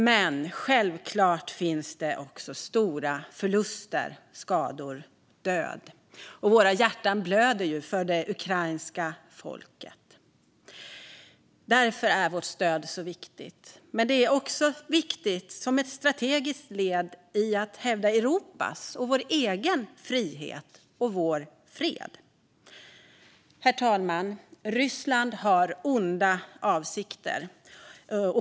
Men självklart finns det också stora förluster, skador och död. Våra hjärtan blöder för det ukrainska folket. Därför är vårt stöd så viktigt. Men det är också viktigt som ett strategiskt led i att hävda Europas och vår egen frihet och vår fred. Herr talman! Ryssland har onda avsikter.